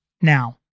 Now